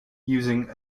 using